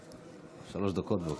שלוש דקות, בבקשה.